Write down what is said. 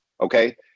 Okay